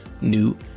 new